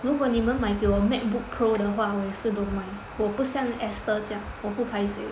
如果你们买给我 Macbook pro 的话我也是 don't mind 我不像 Esther 这样我不开心